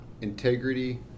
integrity